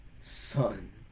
son